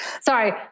Sorry